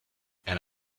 and